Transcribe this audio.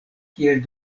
kiel